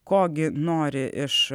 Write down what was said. ko gi nori iš